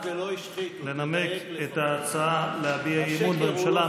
לנמק את ההצעה להביע אי-אמון בממשלה,